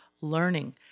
learning